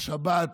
השבת